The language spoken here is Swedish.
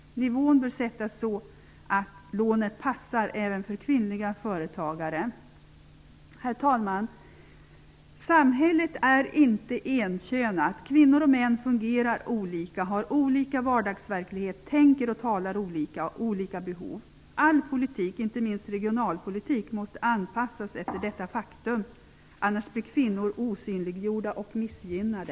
Nivån bör sättas så att lånet passar även för kvinnliga företagare. Herr talman! Samhället är inte enkönat. Kvinnor och män fungerar olika, har olika vardagsverklighet, tänker och talar olika, har olika behov. All politik, inte minst regionalpolitik, måste anpassas efter detta faktum -- annars blir kvinnor osynliggjorda och missgynnade.